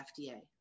FDA